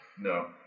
No